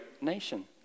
nation